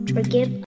Forgive